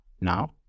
Now